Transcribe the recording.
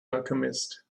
alchemist